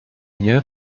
nie